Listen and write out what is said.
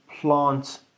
Plant